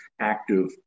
active